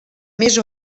més